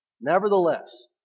Nevertheless